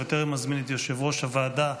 בטרם אזמין את יושב-ראש הוועדה,